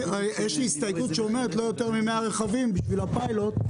יש לי הסתייגות שאומרת לא יותר ממאה רכבים בשביל הפילוט.